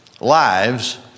lives